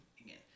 again